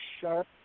sharp